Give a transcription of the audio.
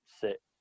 sit